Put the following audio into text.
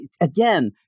again